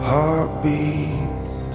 Heartbeats